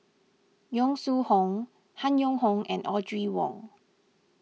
Yong Shu Hoong Han Yong Hong and Audrey Wong